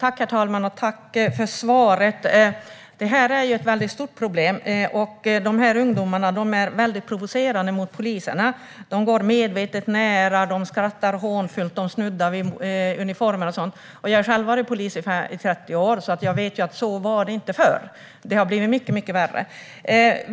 Herr talman! Tack för svaret! Det här är ett väldigt stort problem. Dessa ungdomar är väldigt provocerande mot poliserna. De går medvetet nära, de skrattar hånfullt, de snuddar vid uniformer och sådant. Jag har själv varit polis i 30 år, och jag vet att det inte var så förr. Det har blivit mycket värre.